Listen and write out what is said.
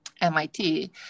MIT